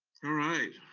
all right,